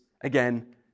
again